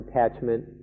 attachment